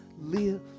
live